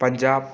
Punjab